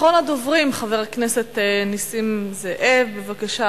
אחרון הדוברים, חבר הכנסת נסים זאב, בבקשה.